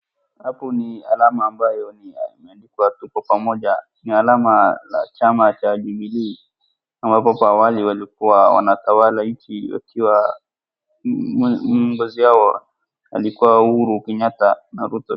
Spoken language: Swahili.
Hapo ni alama ambayo imeandikwa tuko pamoja, ni alama ya chama cha Jubilee ambapo kwa awali walikuwa wanatawala nchi, kiongozi wao alikuwa Uhuru Kenyatta na Ruto.